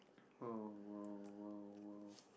oh !woah! !woah! !woah!